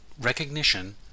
recognition